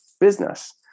business